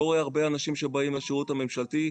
רואה הרבה אנשים שבאים לשירות הממשלתי,